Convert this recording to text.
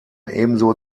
ebenso